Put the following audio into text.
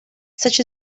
such